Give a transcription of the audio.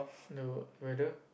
the weather